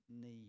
need